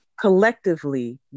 Collectively